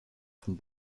von